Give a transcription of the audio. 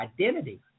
identity